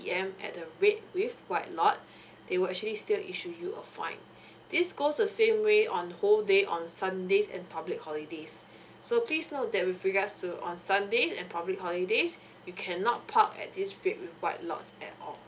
at the red with white lot they will actually still issue you a fine this goes the same way on whole day on sundays and public holidays so please note that with regards to on sunday and public holidays you cannot park at these red with white lots at all